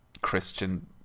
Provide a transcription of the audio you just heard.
Christian